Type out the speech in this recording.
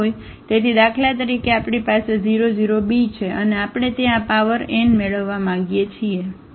તેથી દાખલા તરીકે આપણી પાસે આ 0 0 b છે અને આપણે ત્યાં આ પાવર n મેળવવા માંગીએ છીએ